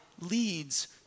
leads